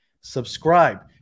subscribe